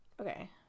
Okay